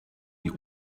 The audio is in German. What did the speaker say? die